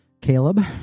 Caleb